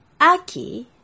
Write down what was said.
Aki